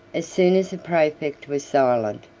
as soon as the praefect was silent,